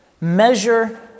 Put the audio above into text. measure